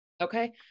Okay